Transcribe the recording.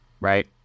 right